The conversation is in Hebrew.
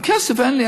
אבל כסף אין לי.